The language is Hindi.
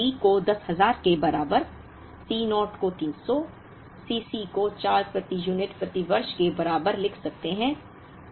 इसलिए हम D को 10000 के बराबर C naught को 300 C c को 4 प्रति यूनिट प्रति वर्ष के बराबर लिख सकते हैं